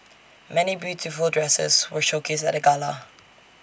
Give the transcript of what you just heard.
many beautiful dresses were showcased at the gala